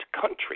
country